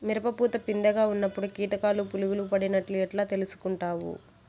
మిరప పూత పిందె గా ఉన్నప్పుడు కీటకాలు పులుగులు పడినట్లు ఎట్లా తెలుసుకుంటావు?